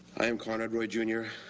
i am conrad roy junior.